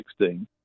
2016